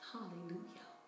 Hallelujah